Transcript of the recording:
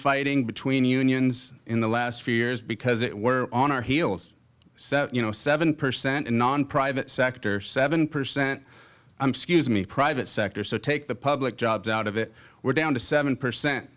fighting between unions in the last few years because it were on our heels you know seven percent non private sector seven percent i'm scuse me private sector so take the public jobs out of it we're down to seven percent